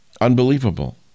unbelievable